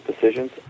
decisions